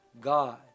God